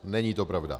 Není to pravda.